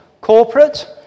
corporate